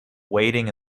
waiting